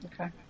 Okay